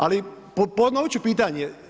Ali ponovit ću pitanje.